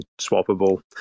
swappable